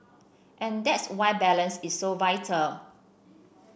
and that's why balance is so vital